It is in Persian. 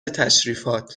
تشریفات